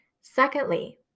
Secondly